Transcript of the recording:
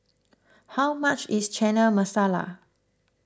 how much is Chana Masala